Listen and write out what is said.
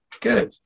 Good